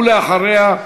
ואחריה,